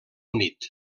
unit